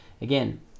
again